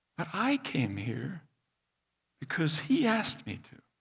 i came here because he asked me to.